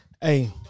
hey